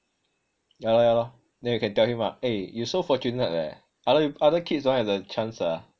yah lor yah lor then you can tell him ah eh you so fortunate leh othe~ other kids don't have the chance ah